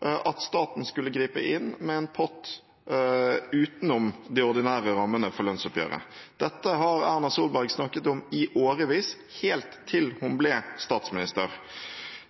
at staten skulle gripe inn med en pott utenom de ordinære rammene for lønnsoppgjøret. Dette har Erna Solberg snakket om i årevis, helt til hun ble statsminister.